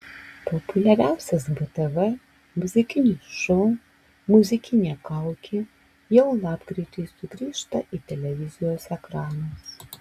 populiariausias btv muzikinis šou muzikinė kaukė jau lapkritį sugrįžta į televizijos ekranus